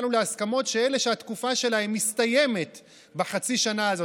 שאלה שהתקופה שלהם מסתיימת בחצי השנה הזאת